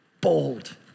bold